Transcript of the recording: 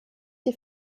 die